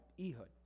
Ehud